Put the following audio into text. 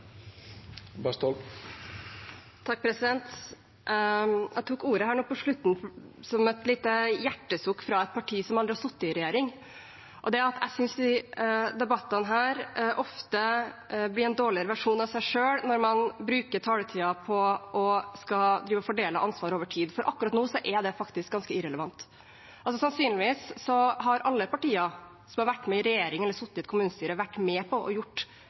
Jeg tok ordet nå på slutten for å komme med et lite hjertesukk fra et parti som aldri har sittet i regjering, og det er at jeg synes disse debattene ofte blir en dårligere versjon av seg selv når man bruker taletiden på å skulle fordele ansvar over tid, for akkurat nå er det faktisk ganske irrelevant. Sannsynligvis har alle partier som har vært med i en regjering eller sittet i et kommunestyre, vært med på